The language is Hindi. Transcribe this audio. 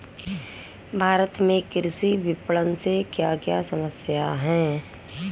भारत में कृषि विपणन से क्या क्या समस्या हैं?